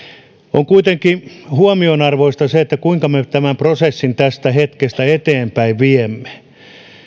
on kuitenkin huomionarvoista se kuinka me tämän prosessin tästä hetkestä eteenpäin viemme